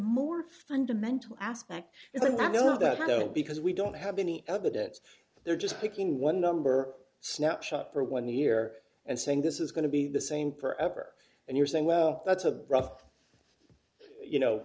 more fundamental aspect is that no because we don't have any evidence they're just picking one number snapshot for one year and saying this is going to be the same forever and you're saying well that's a rough you know